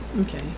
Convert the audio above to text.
okay